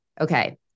okay